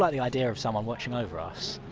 the idea of someone watching over us.